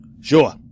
Sure